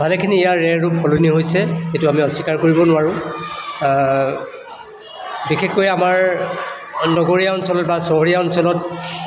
ভালেখিনি ইয়াৰ ৰেহৰূপ সলনি হৈছে এইটো আমি অস্বীকাৰ কৰিব নোৱাৰোঁ বিশেষকৈ আমাৰ নগৰীয়া অঞ্চলত বা চহৰীয়া অঞ্চলত